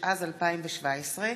התשע"ז 2017,